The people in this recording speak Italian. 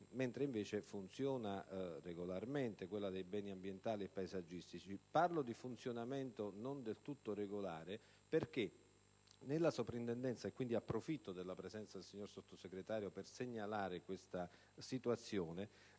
invece, regolarmente quella per i beni ambientali e paesaggistici. Parlo di funzionamento non del tutto regolare perché nella Soprintendenza ‑ approfitto della presenza del signor Sottosegretario per segnalare questa situazione